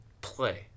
play